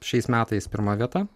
šiais metais pirma vieta